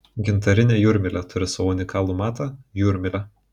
gintarinė jūrmylė turi savo unikalų matą jūrmylę